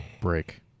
Break